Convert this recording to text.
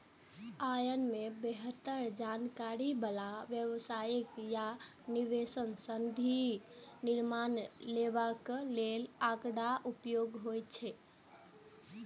अय मे बेहतर जानकारी बला व्यवसाय आ निवेश संबंधी निर्णय लेबय लेल आंकड़ाक उपयोग होइ छै